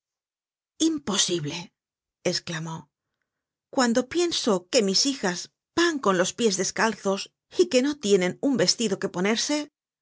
imposible esclamó cuando pienso que mis hijas van con los pies descalzos y que no tienen un vestido que ponerse